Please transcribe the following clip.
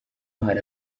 hari